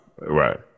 Right